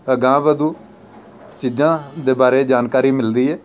ਅਗਾਂਹ ਵਧੂ ਚੀਜ਼ਾਂ ਦੇ ਬਾਰੇ ਜਾਣਕਾਰੀ ਮਿਲਦੀ ਹੈ